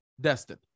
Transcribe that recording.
Destin